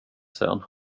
sen